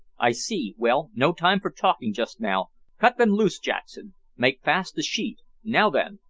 i see well, no time for talking just now cut them loose, jackson. make fast the sheet now then.